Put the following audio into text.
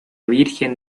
virgen